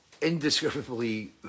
indescribably